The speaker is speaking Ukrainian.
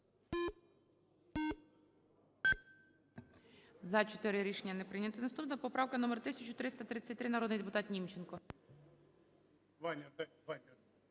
За-4 Рішення не прийнято. Наступна поправка номер 1333, народний депутат Німченко.